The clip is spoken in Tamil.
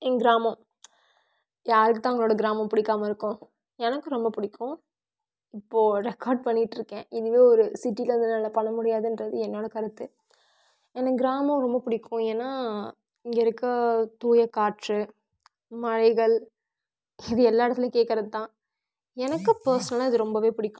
எங்கள் கிராமம் யாருக்கு தான் அவங்களோட கிராமம் பிடிக்காம இருக்கும் எனக்கு ரொம்ப பிடிக்கும் இப்போது ரெக்கார்ட் பண்ணிட்டுருக்கேன் இதுவே ஒரு சிட்டியில் இருந்து என்னால் பண்ண முடியாதுன்றது என்னோட கருத்து எனக்கு கிராமம் ரொம்ப பிடிக்கும் ஏன்னா இங்கே இருக்க தூய காற்று மலைகள் இது எல்லா இடத்துலையும் கேட்குறது தான் எனக்கு பெர்சனலாக இது ரொம்பவே பிடிக்கும்